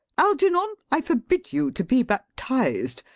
algernon, i forbid you to be baptized.